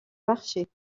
marchés